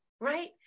right